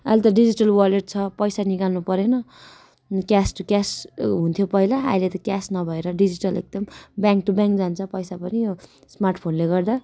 अहिले त digital wallet छ पैसा निकाल्नु परेन क्यास टू क्यास हुन्थ्यो पहिला अहिले त क्यास नभएर डिजिटल एकदम ब्याङ्क टू ब्याङ्क जान्छ पैसा पनि यो स्मार्ट फोनले गर्दा